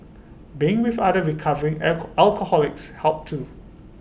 being with other recovery alcoholics helped too